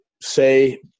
say